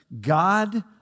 God